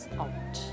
out